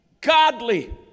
godly